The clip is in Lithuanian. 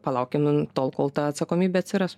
palaukim tol kol ta atsakomybė atsiras